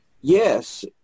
Yes